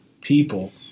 people